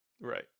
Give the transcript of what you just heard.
right